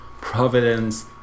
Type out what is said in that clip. Providence